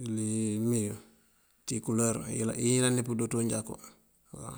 Yul yi meeyun ţí ikuloor yi yëlan yi pëndú ţí manjakú waw.